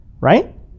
right